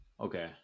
Okay